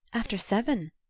after seven.